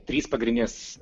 trys pagrindinės